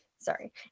Sorry